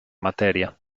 materia